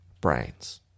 brains